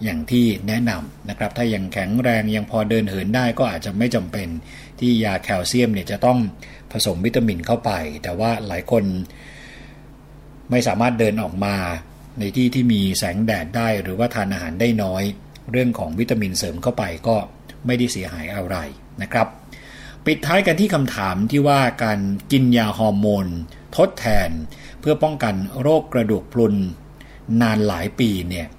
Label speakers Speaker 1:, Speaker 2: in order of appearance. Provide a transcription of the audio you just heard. Speaker 1: อย่างที่แนะนำนะครับ ถ้ายังแข็งแรงยังพอเดินเหินได้ ก็อาจจะไม่จำเป็นที่ยาแคลเซียมเนี่ยจะต้องผสมวิตามินเข้าไป แต่ว่าหลายคนไม่สามารถเดินออกมาในที่ที่มีแสงแดดได้ หรือว่าทานอาหารได้น้อย เรื่องของวิตามินเสริมเข้าไปก็ไม่ได้เสียหายอะไรนะครับ ปิดท้ายกันที่คำถามที่ว่าการกินยาฮอร์โมนทดแทนเพื่อป้องกันโรคกระดูกพรุนนานหลายปีเนี่ย